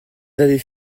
avaient